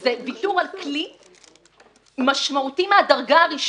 דובר, ערוץ הכנסת, חבריי חברי